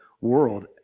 world